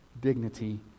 dignity